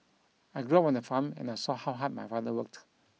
I grew on a farm and I saw how hard my father worked